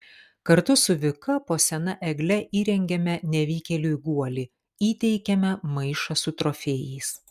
kartu su vika po sena egle įrengiame nevykėliui guolį įteikiame maišą su trofėjais